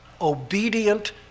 obedient